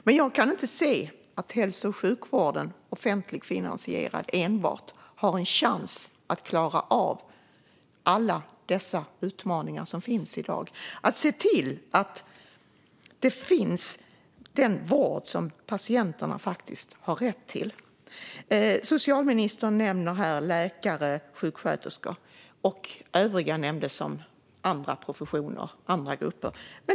Men jag kan inte se att en enbart offentligt finansierad hälso och sjukvård har en chans att klara av alla de utmaningar som finns i dag med att se till att den vård som patienterna faktiskt har rätt till finns. Socialministern nämner läkare och sjuksköterskor. Övriga benämndes som andra professioner och grupper.